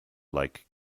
like